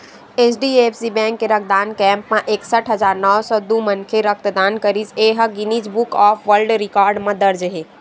HDFC bank के रक्तदान camp म एकसट हजार नव सौ दू मनखे ह रक्तदान करिस ए ह Guinness Book of World Record म दर्ज हे